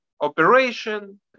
operation